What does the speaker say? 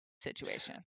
situation